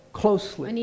closely